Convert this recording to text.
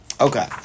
Okay